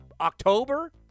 October